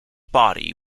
body